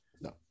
no